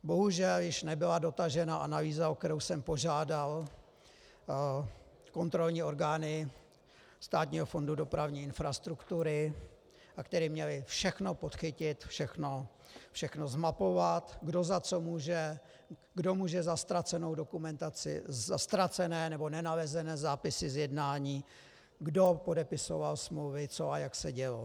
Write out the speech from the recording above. Bohužel již nebyla dotažena analýza, o kterou jsem požádal kontrolní orgány Státního fondu dopravní infrastruktury, a které měly všechno podchytit, všechno zmapovat, kdo za co může, kdo může za ztracenou dokumentaci, za ztracené nebo nenalezené zápisy z jednání, kdo podepisoval smlouvy, co a jak se dělo.